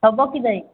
ହେବ କି ନାଇଁ